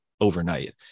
overnight